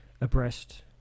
abreast